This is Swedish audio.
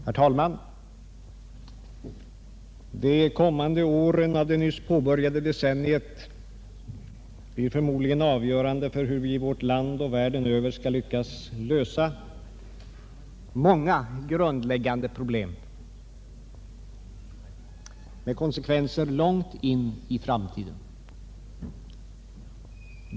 Herr talman! De kommande ären av det nyss påbörjade decenniet blir förmodligen avgörande för hur vi i vårt land och världen över skall lyckas lösa många grundläggande problem med konsekvenser långt in i framtiden.